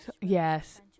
Yes